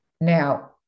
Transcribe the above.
Now